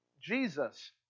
Jesus